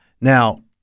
Now